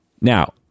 Now